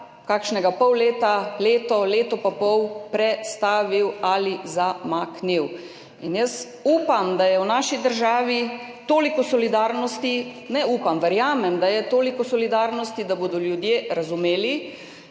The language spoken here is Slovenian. kakšnega pol leta, leto, leto in pol prestavil ali zamaknil. In jaz upam, da je v naši državi toliko solidarnosti, ne upam, verjamem, da je toliko solidarnosti, da bodo ljudje razumeli,